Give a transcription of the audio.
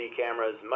cameras